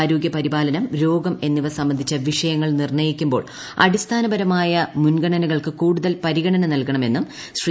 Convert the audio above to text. ആരോഗ്യ പരിപാലനം രോഗം എന്നിവ സംബന്ധിച്ച വിഷയങ്ങൾ നിർണയിക്കുമ്പോൾ അടിസ്ഥാനപരമായ മുൻഗണനകൾക്ക് കൂടുതൽ പരിഗണന നൽകണമെന്നും ശ്രീ